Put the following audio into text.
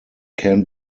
can